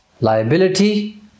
liability